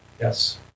Yes